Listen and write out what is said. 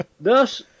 Thus